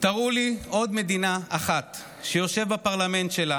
תראו לי עוד מדינה אחת שיושב בפרלמנט שלה